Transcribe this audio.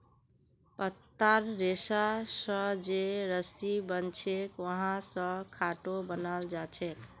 पत्तार रेशा स जे रस्सी बनछेक वहा स खाटो बनाल जाछेक